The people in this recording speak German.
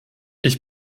ich